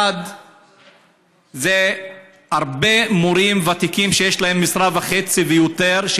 1. יש הרבה מורים ותיקים שיש להם משרה וחצי ויותר,